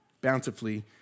bountifully